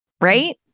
right